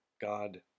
God